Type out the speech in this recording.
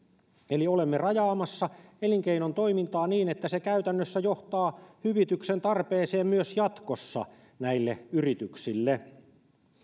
eli olemme rajaamassa elinkeinotoimintaa niin että se käytännössä johtaa hyvityksen tarpeisiin myös jatkossa näille yrityksille